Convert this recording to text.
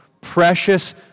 precious